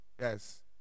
Yes